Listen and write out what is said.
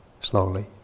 Slowly